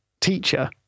teacher